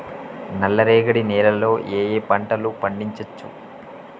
నల్లరేగడి నేల లో ఏ ఏ పంట లు పండించచ్చు?